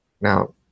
now